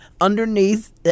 Underneath